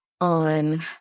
on